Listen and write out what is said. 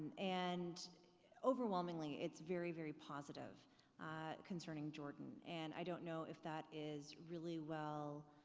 and overwhelmingly it's very, very positive concerning jordan. and i don't know if that is really well,